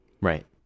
right